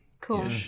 Cool